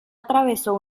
atravesó